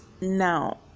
now